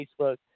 Facebook